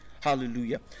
Hallelujah